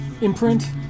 imprint